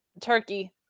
turkey